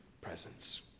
presence